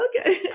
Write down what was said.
Okay